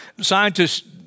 scientists